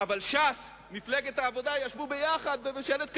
אבל ש"ס ומפלגת העבודה ישבו יחד בממשלת קדימה.